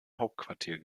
hauptquartier